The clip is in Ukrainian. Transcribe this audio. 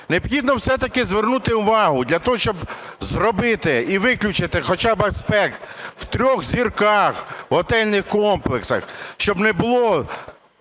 Необхідно все-таки звернути увагу для того щоб зробити і виключити хоча б аспект в трьох зірках готельних комплексах, щоб не було